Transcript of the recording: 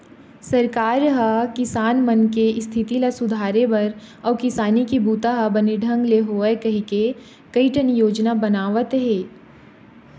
सरकार ह किसान मन के इस्थिति ल सुधारे बर अउ किसानी के बूता ह बने ढंग ले होवय कहिके कइठन योजना बनावत हे